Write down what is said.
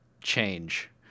change